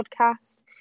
podcast